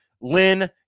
Lynn